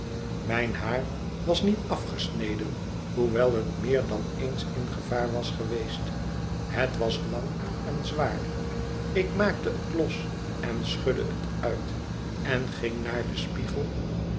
mijn haar was niet afgesneden hoewel het meer dan eens in gevaar was geweest het was lang en zwaar ik maakte het los en schudde het uit en ging naar den spiegel